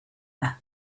and